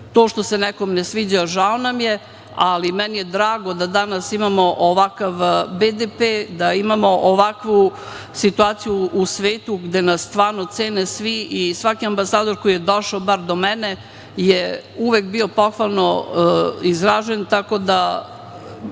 što se nekome ne sviđa, žao nam je, ali meni je drago da danas imamo ovakav BDP, da imamo ovakvu situaciju u svetu gde nas stvarno cene svi i svaki ambasador koji je došao barem do mene je uvek bio pohvalno izražen. Tako da,